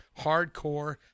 hardcore